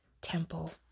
temple